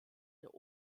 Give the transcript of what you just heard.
der